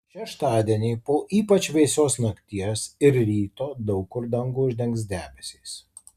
šeštadienį po ypač vėsios nakties ir ryto daug kur dangų uždengs debesys